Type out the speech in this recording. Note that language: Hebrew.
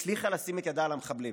הצליחה לשים את ידה על המחבלים